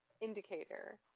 indicator